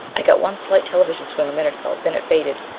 i got one slight television swing a minute ago then it faded.